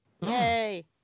Yay